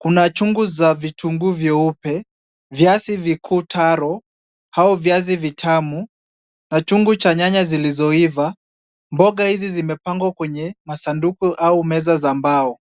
Kuna chungu za vitunguu vyeupe, viazi vikuu taro au viazi vitamu na chungu cha nyanya zilizoiva. Mboga hizi zimepangwa kwenye masanduku au meza za mbao.